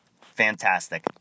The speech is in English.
fantastic